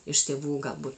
iš tėvų galbūt